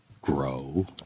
grow